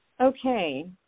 Okay